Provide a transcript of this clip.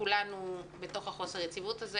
כולנו בתוך חוסר היציבות הזה.